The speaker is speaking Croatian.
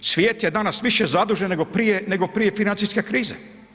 Svijet je danas više zadužen nego prije, nego prije financijske krize.